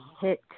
hit